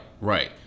Right